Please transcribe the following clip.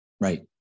Right